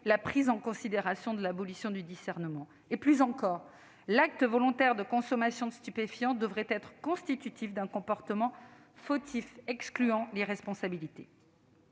la prise en considération de l'abolition du discernement. À l'inverse, l'acte volontaire de consommation de stupéfiants devrait être constitutif d'un comportement fautif excluant l'irresponsabilité.